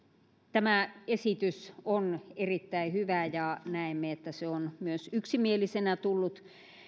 tämä esitys on erittäin hyvä ja näemme että se on myös yksimielisenä tullut